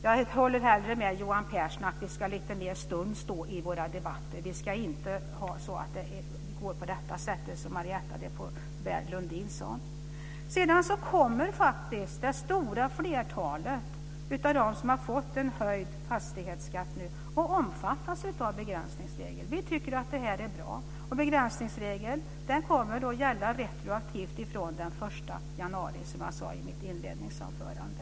Jag håller hellre med Johan Pehrson om att det ska vara lite mer stuns i våra debatter. Jag tycker inte vi ska ha den nivå som De stora flertalet av dem som nu har fått en höjd fastighetsskatt kommer att omfattas av begränsningsregeln. Vi tycker att det är bra. Begränsningsregeln kommer att gälla retroaktivt från den 1 januari, som jag sade i mitt inledningsanförande.